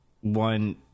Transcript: one